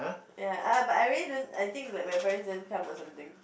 ya I but I really don't I think like my parents didn't come or something